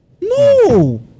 No